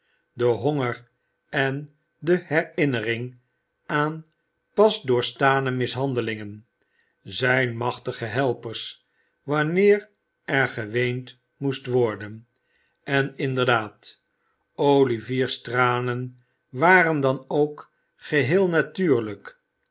de honger en de herinnering aan pas doorgestane mishandelingen zijn machtige helpers wanneer er geweend moet worden en inderdaad oliviers tranen waren dan ook geheel natuurlijk